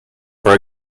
for